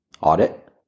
audit